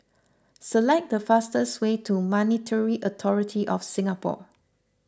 select the fastest way to Monetary Authority of Singapore